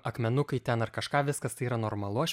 akmenukai ten ar kažką viskas tai yra normalu aš